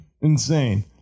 Insane